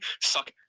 suck